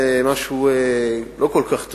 משהו לא כל כך טוב,